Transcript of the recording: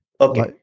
Okay